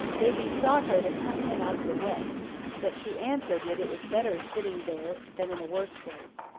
they besought her to come in out of the wet but she answered that it was better sitting there, than in a worse place.